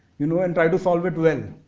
you know and try to solve it well.